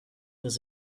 was